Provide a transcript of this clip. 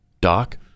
Doc